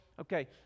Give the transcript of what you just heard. Okay